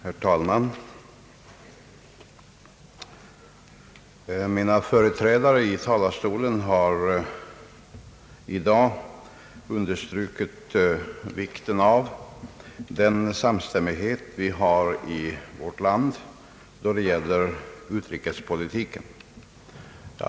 Herr talman! Mina företrädare i talarstolen i dag har understrukit vikten av den samstämmighet vi har i vårt land då det gäller utrikespolitiken.